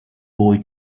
boy